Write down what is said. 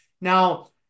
Now